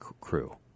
crew